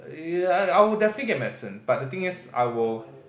I would definitely get medicine but the thing is I will